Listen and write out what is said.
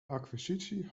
acquisitie